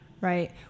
Right